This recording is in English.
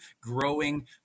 growing